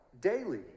daily